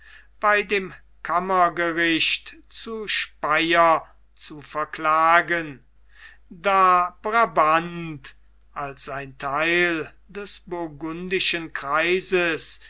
bei dem kammergericht zu speyer zu verklagen da brabant als ein theil des burgundischen kreises